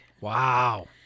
Wow